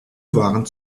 waren